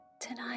Tonight